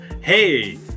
hey